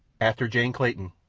after jane clayton,